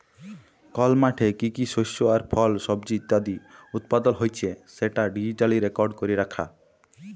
call মাঠে কি কি শস্য আর ফল, সবজি ইত্যাদি উৎপাদল হচ্যে সেটা ডিজিটালি রেকর্ড ক্যরা রাখা